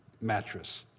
mattress